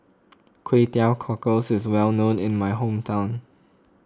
Kway Teow Cockles is well known in my hometown